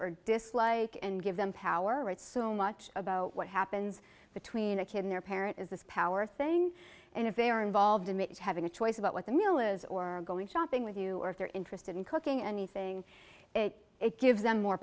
or dislike and give them power it's so much about what happens between a kid their parent is this power thing and if they are involved in it having a choice about what the meal is or going shopping with you or if they're interested in cooking anything it gives them more